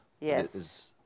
Yes